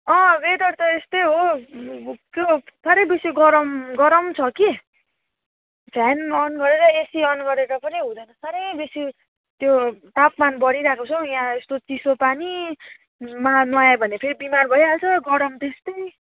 अँ वेदर त यस्तै हो साह्रै बेसी गरम गरम छ कि फ्यान अन गरेर एसी अन गरेर पनि हुँदैन साह्रै बेसी त्यो तापमान बढिरहेको छ हौ यहाँ यस्तो चिसो पानीमा नुहा नुहायो भने फेरि बिमार भइहाल्छ गरम त्यस्तै